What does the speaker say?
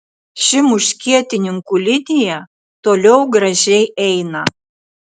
ši muškietininkų linija toliau gražiai eina